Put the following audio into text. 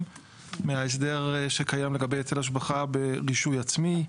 מההסדר שקיים לגבי היטל השבחה ברישוי עצמי.